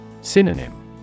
Synonym